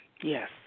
Yes